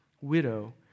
widow